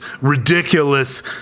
ridiculous